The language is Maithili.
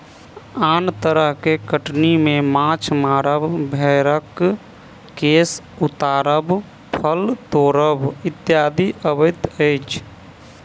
आन तरह के कटनी मे माछ मारब, भेंड़क केश उतारब, फल तोड़ब इत्यादि अबैत अछि